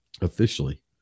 officially